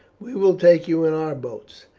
we will take you in our boats.